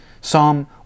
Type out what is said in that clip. Psalm